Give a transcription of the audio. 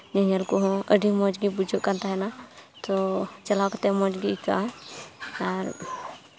ᱧᱮᱞ ᱠᱚᱦᱚᱸ ᱟᱹᱰᱤ ᱢᱚᱡᱽ ᱜᱮ ᱵᱩᱡᱷᱟᱹᱜ ᱠᱟᱱ ᱛᱟᱦᱮᱱᱟ ᱛᱚ ᱪᱟᱞᱟᱣ ᱠᱟᱛᱮ ᱦᱚᱸ ᱢᱚᱡᱽ ᱜᱮ ᱟᱹᱭᱠᱟᱹᱜᱼᱟ ᱟᱨ